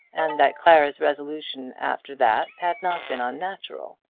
and that clara's resolution after that had not been unnatural.